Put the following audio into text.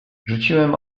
rzuciłem